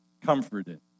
comforted